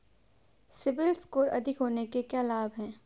CIBIL score अधिक होने से क्या लाभ हैं?